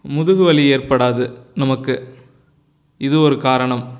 முதுகு வலி ஏற்படாது நமக்கு இது ஒரு காரணம்